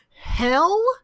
hell